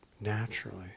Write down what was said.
Naturally